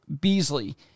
Beasley